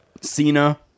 Cena